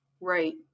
Right